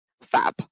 fab